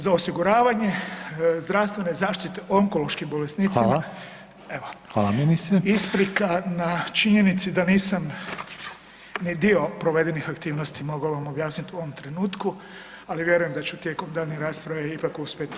Za osiguravanje zdravstvene zaštite onkološkim bolesnicima [[Upadica: Hvala.]] evo, isprika na činjenici da nisam ni dio provedenih aktivnosti mogao vam objasniti u ovom trenutku ali vjerujem da ću tijekom daljnje rasprave ipak uspjeti.